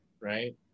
right